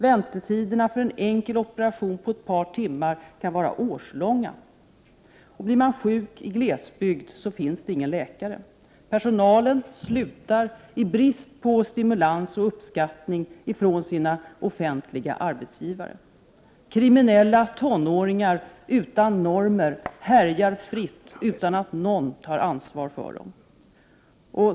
Väntetiderna för en enkel operation på ett par timmar kan vara årslånga. — Blir man sjuk i glesbygd finns ingen läkare. —- Personalen slutar i brist på stimulans och uppskattning från sina offentliga arbetsgivare. —- Kriminella tonåringar utan normer härjar fritt utan att någon tar ansvar för dem.